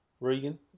Regan